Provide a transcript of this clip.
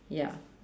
ya